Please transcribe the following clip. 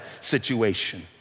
situation